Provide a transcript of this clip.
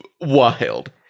wild